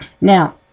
now